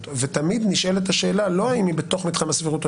ותמיד נשאלת השאלה לא האם הן בתוך מתחם הסבירות או